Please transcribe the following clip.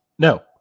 No